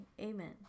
Amen